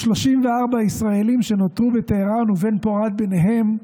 ו-34 ישראלים שנותרו בטהראן, ובן-פורת ביניהם,